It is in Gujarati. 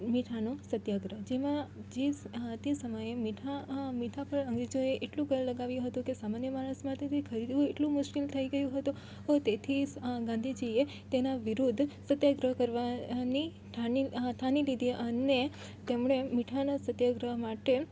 મીઠાનો સત્યાગ્રહ જેમાં જે તે સમયે મીઠા પર અંગ્રેજોએ એટલું કર લગાવ્યું હતું કે સામાન્ય માણસ માટે તે ખરીદવું એટલું મુશ્કેલ થઈ ગયું હતું તેથી ગાંધીજીએ તેના વિરુદ્ધ સત્યાગ્રહ કરવાની ઠાની થાની લીધી અને તેમણે મીઠાના સત્યાગ્રહ માટે